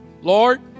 Lord